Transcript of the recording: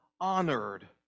honored